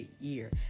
year